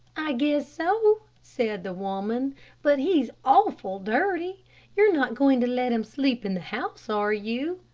i guess so, said the woman but he's awful dirty you're not going to let him sleep in the house, are you?